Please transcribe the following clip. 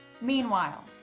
Meanwhile